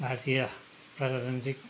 भारतीय प्रजातान्त्रिक